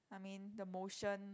I mean the motion